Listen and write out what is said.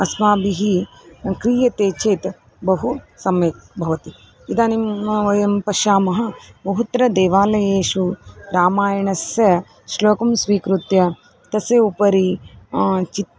अस्माभिः क्रियते चेत् बहु सम्यक् भवति इदानीं नाम वयं पश्यामः बहुत्र देवालयेषु रामायणस्य श्लोकं स्वीकृत्य तस्य उपरि चित्